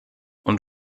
und